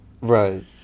Right